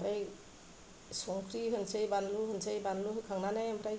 ओमफ्राय संख्रि होनोसै बानलु होनोसै बानलु होखांनानै ओमफ्राय